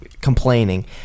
complaining